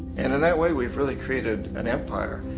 and in that way we've really created an empire,